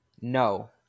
No